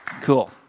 Cool